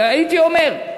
אלא הייתי אומר,